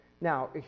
Now